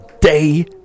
day